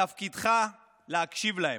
תפקידך להקשיב להם.